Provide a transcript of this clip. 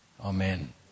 Amen